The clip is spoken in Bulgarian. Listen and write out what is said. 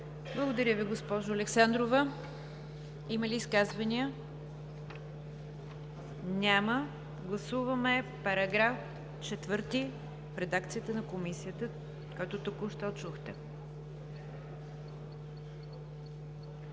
Благодаря Ви, госпожо Александрова. Има ли изказвания? Няма. Гласуваме § 4 в редакцията на Комисията, който току-що чухте.